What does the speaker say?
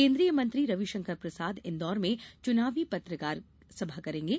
केन्द्रीय मंत्री रविशंकर प्रसाद इन्दौर में चुनावी पत्रकार करेंगे